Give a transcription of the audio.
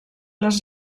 les